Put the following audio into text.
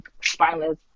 spineless